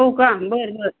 हो का बरं बरं